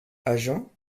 agent